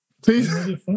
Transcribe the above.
please